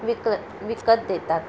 विक्ल विकत देतात